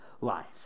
life